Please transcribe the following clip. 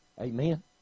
Amen